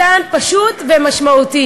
קטן, פשוט ומשמעותי.